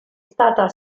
stata